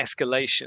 escalation